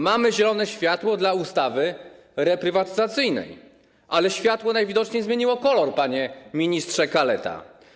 Mamy zielone światło dla ustawy reprywatyzacyjnej, ale światło najwidoczniej zmieniło kolor, panie ministrze Kaleta.